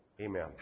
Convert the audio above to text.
Amen